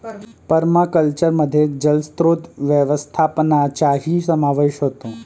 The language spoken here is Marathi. पर्माकल्चरमध्ये जलस्रोत व्यवस्थापनाचाही समावेश होतो